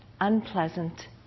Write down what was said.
unpleasant